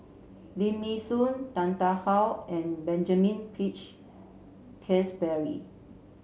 Lim Nee Soon Tan Tarn How and Benjamin Peach Keasberry